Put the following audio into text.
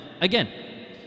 again